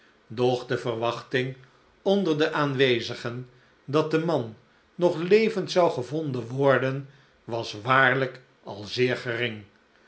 doch de verwachting onder de aanwezigen dat de man nog levend zou gevonden worden was waarlijk al zeer gering